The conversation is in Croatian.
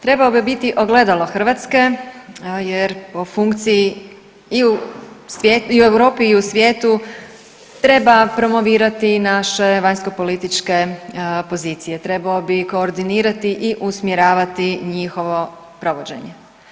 Trebao bi biti ogledalo Hrvatske jer po funkciji i u Europi i u svijetu treba promovirati naše vanjskopolitičke pozicije, trebao bi koordinirati i usmjeravati njihovo provođenje.